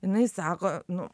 jinai sako nu